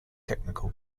technical